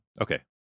Okay